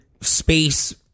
space